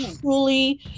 truly